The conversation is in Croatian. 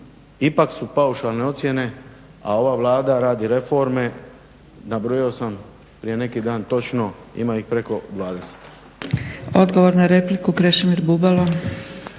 ipak su paušalne ocjene, a ova Vlada radi reforme, Nabrojio sam prije neki dan točno ima ih preko 20.